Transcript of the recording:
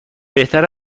بهتر